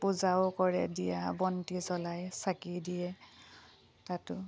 পূজাও কৰে দিয়া বন্তি চলাই চাকি দিয়ে তাতো